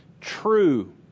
true